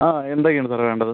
ആ എന്തൊക്കെയാണ് സാറേ വേണ്ടത്